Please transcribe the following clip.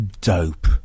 dope